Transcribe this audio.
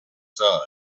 side